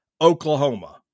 Oklahoma